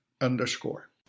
underscore